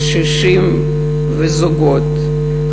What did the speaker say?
קשישים וזוגות,